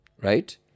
Right